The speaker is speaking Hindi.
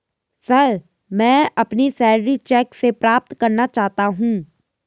सर, मैं अपनी सैलरी चैक से प्राप्त करना चाहता हूं